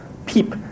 peep